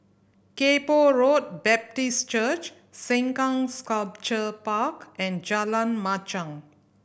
Kay Poh Road Baptist Church Sengkang Sculpture Park and Jalan Machang